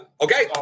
Okay